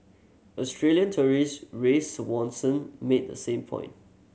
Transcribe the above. Australian tourist Ray Swanson made the same point